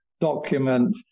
document